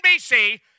NBC